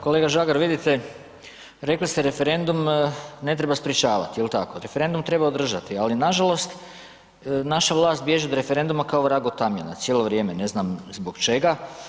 Kolega Žagar, vidite rekli ste referendum ne treba sprečavati, referendum treba održati, ali nažalost naša vlast bježi od referenduma kao vrag od tamjana cijelo vrijeme, ne znam zbog čega.